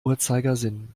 uhrzeigersinn